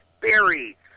berry